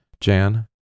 Jan